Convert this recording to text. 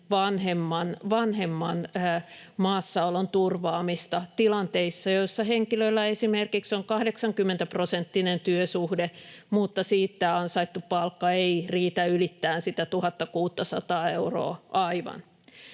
vanhemman maassaolon turvaamista tilanteissa, joissa henkilöillä esimerkiksi on 80-prosenttinen työsuhde mutta siitä ansaittu palkka ei riitä aivan ylittämään sitä 1 600:aa euroa.